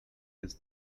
his